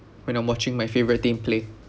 when I'm watching my favourite team play